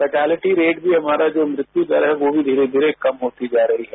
fatality rate भी हमारा जो मृत्यु दर है वो भी धीरे धीरे कम होती जा रही है